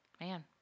Man